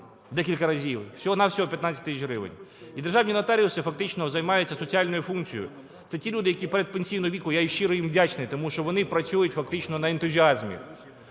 декілька разів, всього-на-всього 15 тисяч гривень. І державні нотаріуси фактично займаються соціальною функцією – це ті люди, які передпенсійного віку. Я щиро їм вдячний, тому що вони працюють фактично на ентузіазмі.